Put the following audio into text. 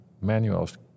manuals